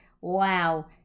wow